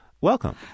Welcome